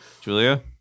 Julia